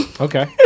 Okay